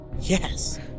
Yes